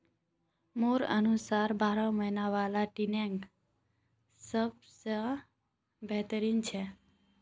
मोर अनुसार बारह महिना वाला ट्रेनिंग सबस बेहतर छ